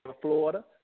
Florida